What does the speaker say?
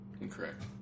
Incorrect